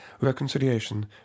reconciliation